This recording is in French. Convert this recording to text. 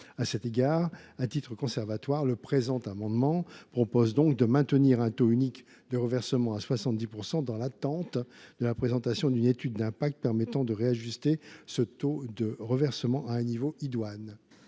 À cet égard, et à titre conservatoire, nous proposons de maintenir un taux unique de reversement à 70 %, dans l’attente de la présentation d’une étude d’impact permettant de réajuster ce taux de reversement à un niveau idoine.